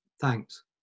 thanks